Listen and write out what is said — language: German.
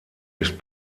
ist